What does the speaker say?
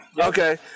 Okay